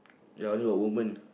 ya only got women